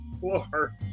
Floor